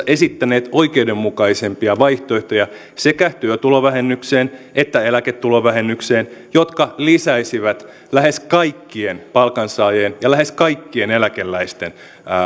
esittäneet oikeudenmukaisempia vaihtoehtoja sekä työtulovähennykseen että eläketulovähennykseen jotka lisäisivät lähes kaikkien palkansaajien ja lähes kaikkien eläkeläisten